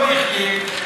לא יִחיֶא,